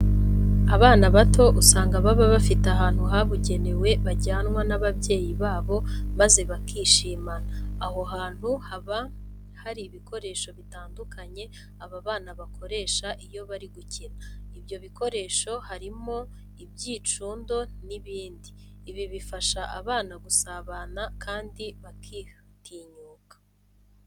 Abana bato usanga baba bafite ahantu habugenewe bajyanwa n'ababyeyi babo maze bakishimana. Aho hantu haba bari ibikoresho bitandukanye aba bana bakoresha iyo bari gukina. Ibyo bikoresho harimo ibyicundo n'ibindi. Ibi bifasha aba bana gusabana kandi bakitinyuka.